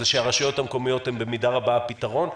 שהרשויות המקומיות הן במידה רבה הפתרון.